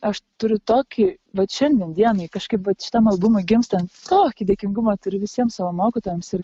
aš turiu tokį vat šiandien dienai kažkaip vat šitam albumui gimstant tokį dėkingumą turiu visiems savo mokytojams ir